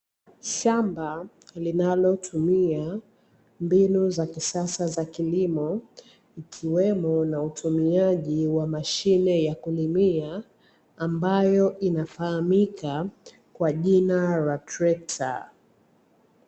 Shamba linalotumia mbinu za kisasa za kilimo, ikiwemo na utumiaji wa mashine ya kulimia ambayo inafaamika kwa jina la trekta.